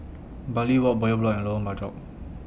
Bartley Walk Bowyer Block and Lorong Bachok